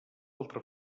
altra